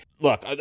look